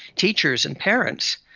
teachers and parents,